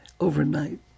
overnight